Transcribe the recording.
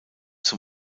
zum